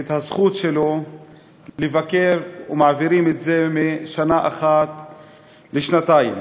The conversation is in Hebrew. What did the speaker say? ואת הזכות שלו לבקר ומעבירים את זה משנה אחת לשנתיים.